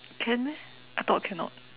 can meh I thought cannot